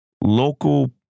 local